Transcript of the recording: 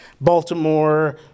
Baltimore